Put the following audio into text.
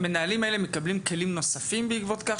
המנהלים האלה מקבלים כלים נוספים בעקבות כך